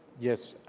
yes